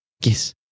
Yes